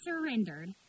surrendered